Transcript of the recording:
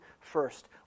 first